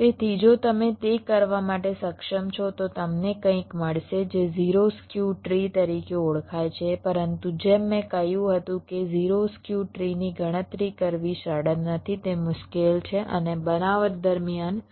તેથી જો તમે તે કરવા માટે સક્ષમ છો તો તમને કંઈક મળશે જે 0 સ્ક્યુ ટ્રી તરીકે ઓળખાય છે પરંતુ જેમ મેં કહ્યું હતું કે 0 સ્ક્યુ ટ્રીની ગણતરી કરવી સરળ નથી તે મુશ્કેલ છે અને બનાવટ દરમિયાન